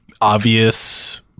obvious